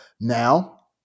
Now